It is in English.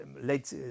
late